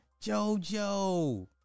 Jojo